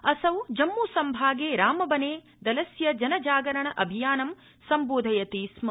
असौ जम्मूसंभागे रामबने दलस्य जन जागरण अभियानं संबोधयति स्म